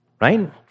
right